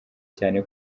cyane